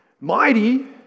mighty